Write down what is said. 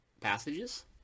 passages